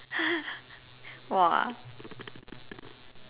!wah!